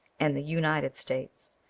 and the united states,